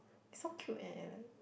so cute eh and like